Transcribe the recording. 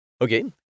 Okay